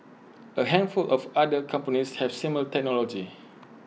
A handful of other companies have similar technology